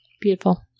Beautiful